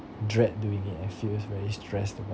dread doing it and feels very stressed about